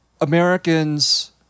Americans